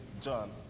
John